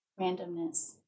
randomness